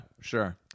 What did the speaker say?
sure